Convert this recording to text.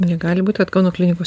negali būt kad kauno klinikos